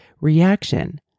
reaction